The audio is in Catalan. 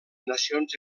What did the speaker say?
nacions